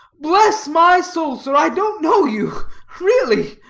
bless my soul, sir, i don't know you really,